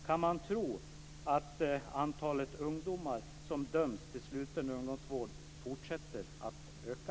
Kan man tro att antalet ungdomar som döms till sluten ungdomsvård fortsätter att öka?